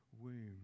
womb